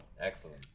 Excellent